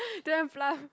don't have plum